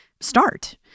Start